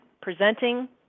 presenting